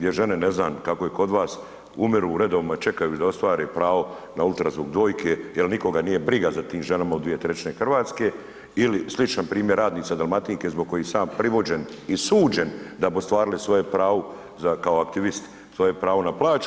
Jer žene, ne znam kako je kod vas, umiru u redovima čekajući da ostvare pravo na ultrazvuk dojke jer nikoga nije briga za tim ženama u 2/3 Hrvatske ili sličan primjer radnice Dalmatinke zbog kojih sam ja privođen i suđen da bi ostvarile svoje pravo kao aktivist svoje pravo na plaću.